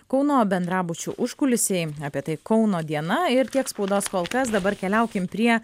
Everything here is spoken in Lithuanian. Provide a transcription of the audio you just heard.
kauno bendrabučių užkulisiai apie tai kauno diena ir tiek spaudos kol kas dabar keliaukim prie